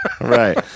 Right